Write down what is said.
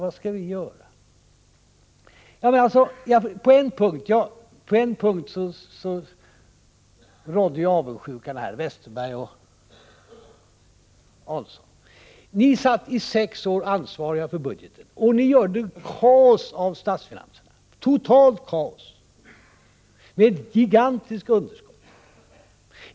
Westerberg och Adelsohn, ni var i sex år ansvariga för budgeten och ni gjorde kaos av statsfinanserna, totalt kaos. Ni skapade ett gigantiskt underskott.